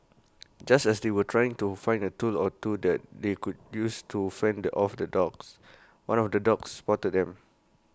just as they were trying to find A tool or two that they could use to fend off the dogs one of the dogs spotted them